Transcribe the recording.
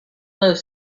those